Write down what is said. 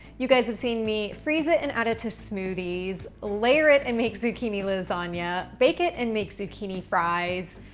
you guys have seen me freeze it and add it to smoothies, layer it and make zucchini lasagna, bake it and makes zucchini fries,